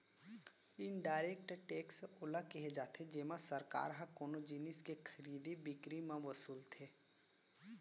indirect tax ओला केहे जाथे जेमा सरकार ह कोनो जिनिस के खरीदी बिकरी म वसूलथे